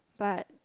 but